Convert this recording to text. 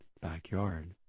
backyard